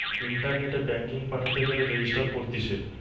ইন্টারনেটে ব্যাঙ্কিং পাঠাতে গেলে রেজিস্টার করতিছে